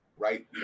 right